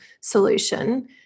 solution